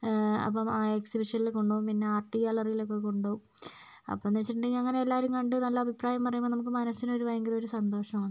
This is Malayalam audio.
അപ്പോൾ ആ എക്സിബിഷനിൽ കൊണ്ടുപോകും പിന്നെ ആർട്ട്ഗ്യാലറിയിലൊക്കെ കൊണ്ട് പോകും അപ്പോൾ എന്താ വെച്ചിട്ടുണ്ടങ്കിൽ അങ്ങനെ എല്ലാവരും കണ്ട് നല്ല അഭിപ്രായം പറയുമ്പോൾ നമുക്ക് മനസ്സിന് ഒരു ഭയങ്കര ഒരു സന്തോഷമാണ്